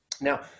Now